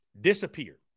disappear